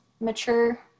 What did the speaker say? mature